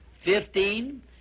Fifteen